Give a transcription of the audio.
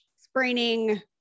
spraining